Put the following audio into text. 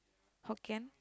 Hokkien